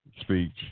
speech